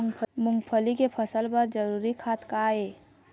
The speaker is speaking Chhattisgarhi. मूंगफली के फसल बर जरूरी खाद का ये?